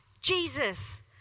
Jesus